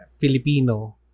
Filipino